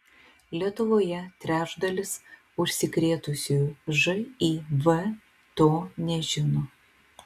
lietuvoje trečdalis užsikrėtusiųjų živ to nežino